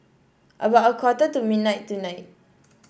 about a quarter to midnight tonight